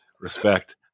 Respect